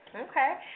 Okay